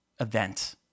event